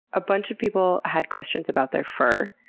a bunch of people had questions about their fur.